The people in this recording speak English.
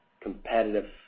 competitive